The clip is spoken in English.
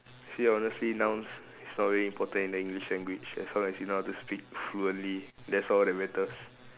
see honestly nouns is not really important in the English language as long as you know how to speak fluently that's all that matters